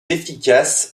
efficaces